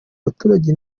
abaturage